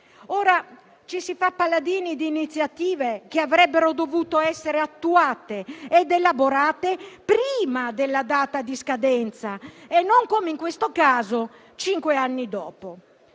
Ora ci si fa paladini di iniziative che avrebbero dovuto essere attuate ed elaborate prima della data di scadenza e non, come in questo caso, cinque anni dopo.